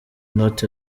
not